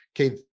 Okay